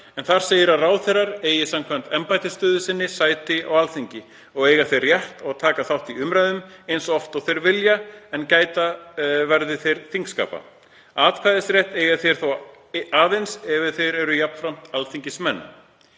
en þar segir að ráðherrar eigi samkvæmt embættisstöðu sinni sæti á Alþingi. Eiga þeir rétt á því að taka þátt í umræðunum eins oft og þeir vilja en verða að gæta þingskapa. Atkvæðisrétt eiga þeir þó því aðeins að þeir séu jafnframt alþingismenn.